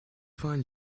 find